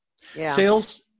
Sales-